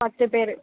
பத்துப் பேர்